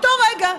באותו רגע,